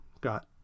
got